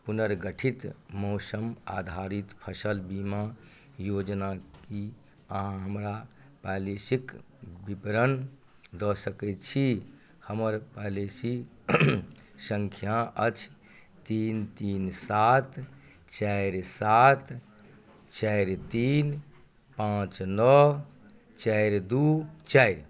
पुनर्गठित मौसम आधारित फसिल बीमा योजनाके आओर हमरा पॉलिसीके विवरण दऽ सकै छी हमर पॉलिसी सँख्या अछि तीन तीन सात चारि सात चारि तीन पाँच नओ चारि दुइ चारि